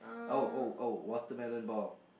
oh oh oh watermelon ball